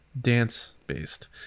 dance-based